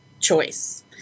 choice